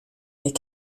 their